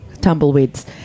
Tumbleweeds